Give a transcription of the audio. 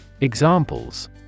Examples